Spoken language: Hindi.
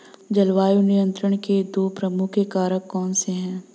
जलवायु नियंत्रण के दो प्रमुख कारक कौन से हैं?